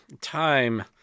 time